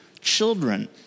children